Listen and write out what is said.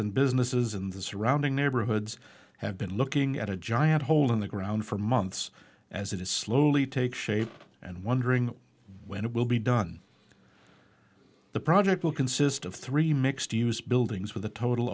and businesses in the surrounding neighborhoods have been looking at a giant hole in the ground for months as it is slowly take shape and wondering when it will be done the project will consist of three mixed use buildings with a total